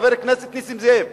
חבר הכנסת נסים זאב.